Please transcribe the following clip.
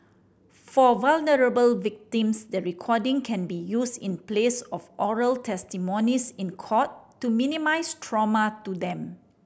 for vulnerable victims that the recording can be used in place of oral testimonies in court to minimise trauma to them